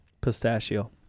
pistachio